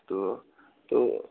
अस्तु तु